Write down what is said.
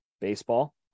baseball